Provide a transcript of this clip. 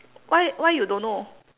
why why you don't know